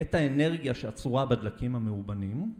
את האנרגיה שאצורה בדלקים המאובנים